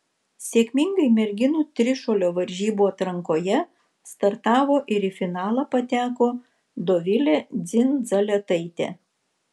sėkmingai merginų trišuolio varžybų atrankoje startavo ir į finalą pateko dovilė dzindzaletaitė